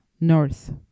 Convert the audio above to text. north